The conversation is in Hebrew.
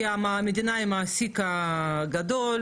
כי המדינה היא המעסיק הגדול,